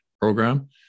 program